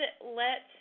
let